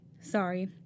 Sorry